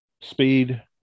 speed